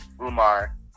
Umar